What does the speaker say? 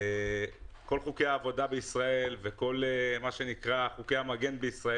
כל חוקי העבודה בישראל וכל חוקי המגן בישראל,